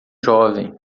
jovem